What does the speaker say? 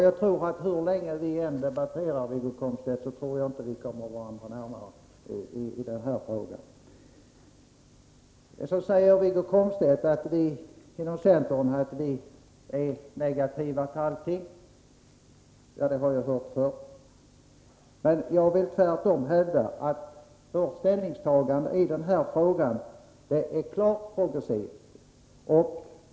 Jag tror att hur länge vi än debatterar, Wiggo Komstedt, kommer vi inte varandra närmare i frågan. Wiggo Komstedt säger att vi inom centern är negativa till allting. Det har jag hört förut. Jag vill tvärtom hävda att vårt ställningstagande i den här frågan är klart progressivt.